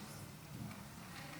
השר הגיע,